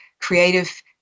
creative